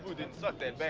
didn't suck that